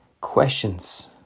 questions